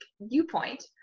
viewpoint